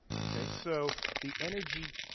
okay? so the energy,